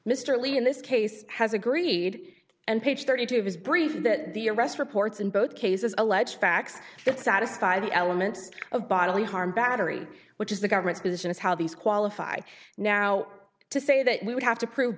mr lee in this case has agreed and page thirty two dollars of his brief that the arrest reports in both cases allege facts that satisfy the element of bodily harm battery which is the government's position is how these qualify now to say that we would have to prove